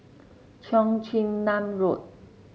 Cheong Chin Nam Road